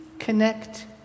connect